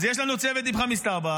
אז יש לנו צוות "איפכא מסתברא",